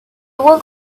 would